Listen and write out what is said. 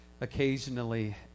occasionally